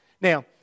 Now